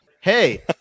Hey